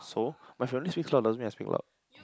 so my family speaks loud doesn't mean I speak loud